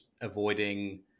avoiding